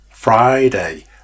Friday